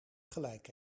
gelijk